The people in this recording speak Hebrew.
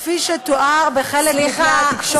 כפי שתואר בחלק מכלי התקשורת,